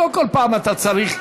לא כל פעם אתה צריך,